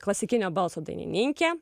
klasikinio balso dainininkė